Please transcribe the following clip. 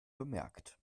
bemerkt